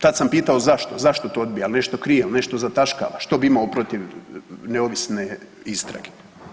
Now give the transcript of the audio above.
Tad sam pitao zašto, zašto to odbija, jel nešto krivo, nešto zataškava, što bi imao protiv neovisne istrage.